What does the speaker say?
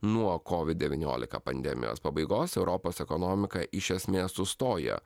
nuo kovid devyniolika pandemijos pabaigos europos ekonomika iš esmės sustojo